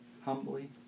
humbly